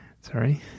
Sorry